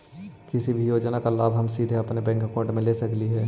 किसी भी योजना का लाभ हम सीधे अपने बैंक अकाउंट में ले सकली ही?